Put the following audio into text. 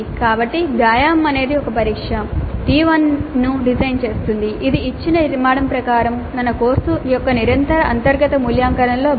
కాబట్టి వ్యాయామం అనేది ఒక పరీక్ష T1 ను డిజైన్ చేస్తుంది ఇది ఇచ్చిన నిర్మాణం ప్రకారం మీ కోర్సు యొక్క నిరంతర అంతర్గత మూల్యాంకనంలో భాగం